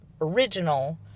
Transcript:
original